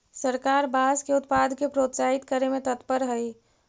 सरकार बाँस के उत्पाद के प्रोत्साहित करे में तत्पर हइ